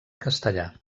castellà